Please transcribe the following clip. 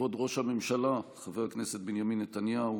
כבוד ראש הממשלה חבר הכנסת בנימין נתניהו,